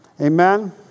Amen